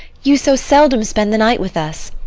you so seldom spend the night with us.